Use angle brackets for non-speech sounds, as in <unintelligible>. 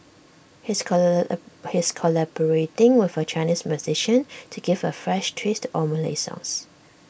he is <unintelligible> he is collaborating with A Chinese musician to give A fresh twist to old Malay songs